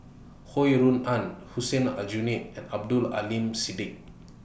Ho Rui An Hussein Aljunied and Abdul Aleem Siddique